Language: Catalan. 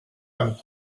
amb